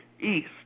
East